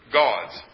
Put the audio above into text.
gods